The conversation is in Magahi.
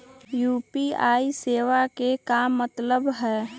यू.पी.आई सेवा के का मतलब है?